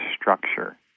structure